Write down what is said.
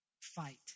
Fight